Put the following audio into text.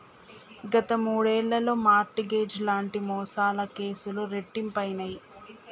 గత మూడేళ్లలో mortgage లాంటి మోసాల కేసులు రెట్టింపయినయ్